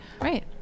right